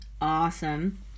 awesome